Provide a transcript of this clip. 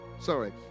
sorry